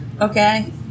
Okay